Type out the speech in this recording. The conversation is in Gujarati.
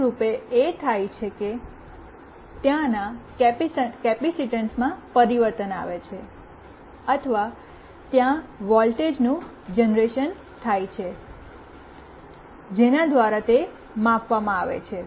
મૂળરૂપે એ થાય છે તે ત્યાં કેપેસિટીન્સમાં પરિવર્તન આવે છે અથવા ત્યાં વોલ્ટેજનું જનરેશન થાઈ છે જેના દ્વારા તે માપવામાં આવે છે